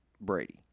Brady